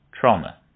trauma